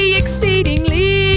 exceedingly